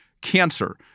cancer